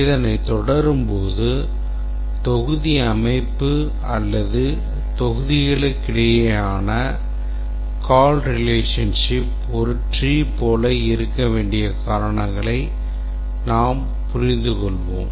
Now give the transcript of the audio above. இதனை தொடரும்போது தொகுதி அமைப்பு அல்லது தொகுதிகளுக்கிடையேயான call relationship ஒரு tree போல இருக்க வேண்டிய காரணங்களை நாம் புரிந்துகொள்வோம்